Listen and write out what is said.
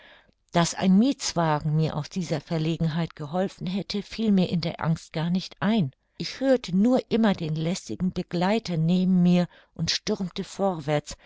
daß ein miethswagen mir aus dieser verlegenheit geholfen hätte fiel mir in der angst gar nicht ein ich hörte nur immer den lästigen begleiter neben mir und stürmte vorwärts